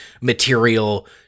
material